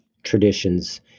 traditions